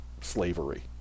slavery